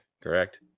Correct